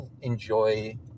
enjoy